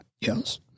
Yes